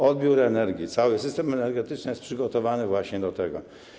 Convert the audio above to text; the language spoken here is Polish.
Odbiór energii - cały system energetyczny jest przygotowany właśnie do tego.